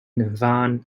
van